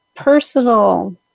personal